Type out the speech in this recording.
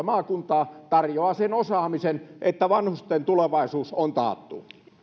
maakuntaa tarjoaa sen osaamisen että vanhusten tulevaisuus on taattu